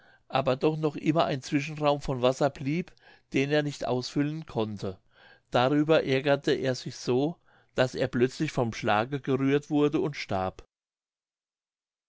aber doch noch immer ein zwischenraum von wasser blieb den er nicht ausfüllen konnte darüber ärgerte er sich so daß er plötzlich vom schlage gerührt wurde und starb